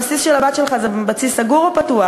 הבסיס של הבת שלך זה בסיס סגור או פתוח?